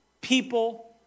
People